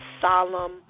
solemn